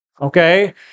okay